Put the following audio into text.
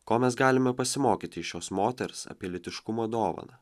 ko mes galime pasimokyti iš šios moters apie lytiškumo dovaną